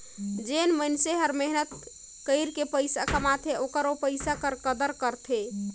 जेन मइनसे हर मेहनत कइर के पइसा कमाथे ओहर ओ पइसा कर कदर करथे